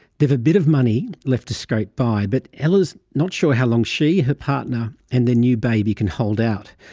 they've a bit of money left to scrape by but ella's not sure how long she, her partner and their new baby can hold out.